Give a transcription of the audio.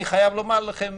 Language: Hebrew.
אני חייב לומר לכם